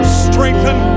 strengthen